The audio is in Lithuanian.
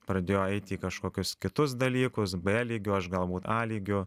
pradėjo eiti į kažkokius kitus dalykus b lygiu aš galbūt a lygiu